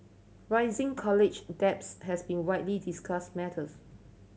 rising college debts has been a widely discussed matters